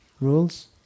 rules